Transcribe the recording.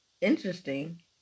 Interesting